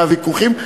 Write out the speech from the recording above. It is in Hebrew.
והוויכוחים.